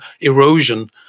erosion